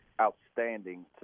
outstanding